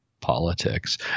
politics